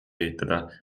ehitada